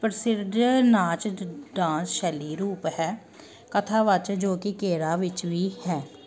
ਪ੍ਰਸਿੱਧ ਨਾਚ ਚ ਡ ਡਾਂਸ ਸ਼ੈਲੀ ਰੂਪ ਹੈ ਕਥਾਵਾਚਕ ਜੋ ਕਿ ਕੇਰਾ ਵਿੱਚ ਵੀ ਹੈ